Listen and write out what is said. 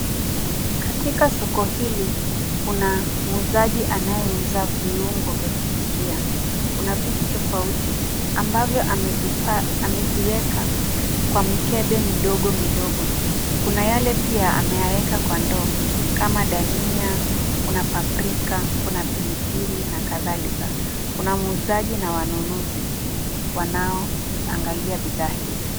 Katika soko hili kuna muuzaji anayeuza viungo vya kupikia, kuna vitu tofauti ambavyo ameziweka kwa mikebe midogo midogo. Kuna yale pia ameyaweka kwa ndoo kama dania, kuna paprika, kuna pilipili na kadhalika. Kuna muuzaji na wanunuzi wanao angalia bidhaa hizi.